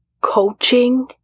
coaching